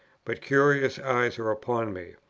but curious eyes are upon me.